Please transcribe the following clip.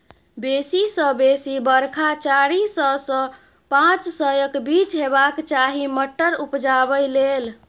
बेसी सँ बेसी बरखा चारि सय सँ पाँच सयक बीच हेबाक चाही मटर उपजाबै लेल